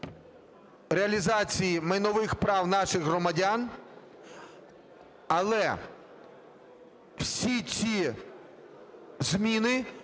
реалізації майнових прав наших громадян. Але всі зміни